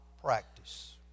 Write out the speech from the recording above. practice